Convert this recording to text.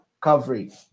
coverage